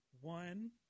one